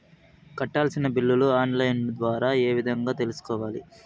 కట్టాల్సిన బిల్లులు online ద్వారా ఏ విధంగా తెలుసుకోవాలి?